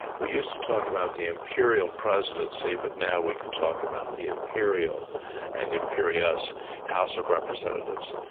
we used to talk about the imperial presidency but now we can talk about the imperial and imperious house of representatives.